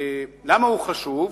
למה הוא חשוב?